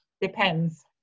depends